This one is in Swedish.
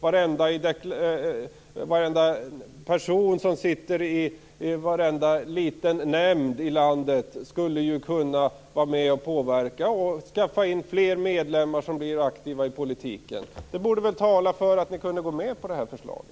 Varenda person som sitter i varenda liten nämnd i landet skulle kunna vara med och påverka och skaffa in fler medlemmar som blir aktiva i politiken. Det borde tala för att ni kunde gå med på det här förslaget.